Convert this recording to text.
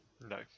no